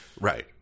Right